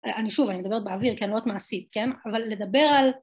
אני שוב אני מדברת באוויר כי אני מאוד מעשית כן אבל לדבר על